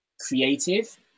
creative